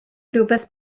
rywbeth